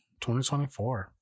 2024